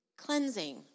cleansing